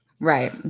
Right